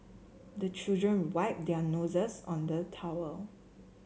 the children wipe their noses on the towel